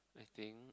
I think